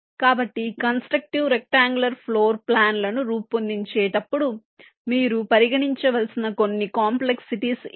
కాబట్టి constructive rectangular floor plan లను రూపొందించేటప్పుడు మీరు పరిగణించవలసిన కొన్ని కంప్లెక్సిటీస్ ఇవి